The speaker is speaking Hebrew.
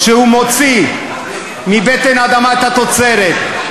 כשהוא מוציא מבטן האדמה את התוצרת,